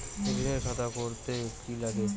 ঋণের খাতা করতে কি লাগে?